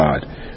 God